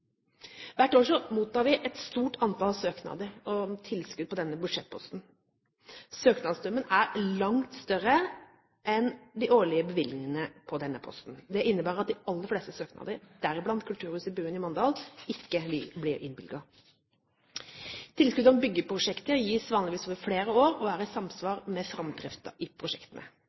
denne budsjettposten. Søknadsstrømmen er langt større enn de årlige bevilgningene på posten. Dette innebærer at de aller fleste søknader, deriblant for kulturhuset Buen i Mandal, ikke blir innvilget. Tilskudd til byggeprosjektene gis vanligvis over flere år og er i samsvar med framdriften i prosjektene.